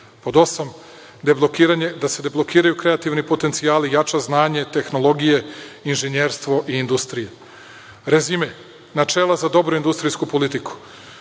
Pod osam – da se deblokiraju kreativni potencijali i jača znanje tehnologije, inženjerstvo i industrija. Rezime, načela za dobru industrijsku politiku. Pod